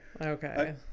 Okay